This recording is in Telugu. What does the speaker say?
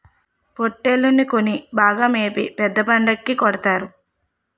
పోట్టేల్లని కొని బాగా మేపి పెద్ద పండక్కి కొడతారు